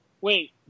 Wait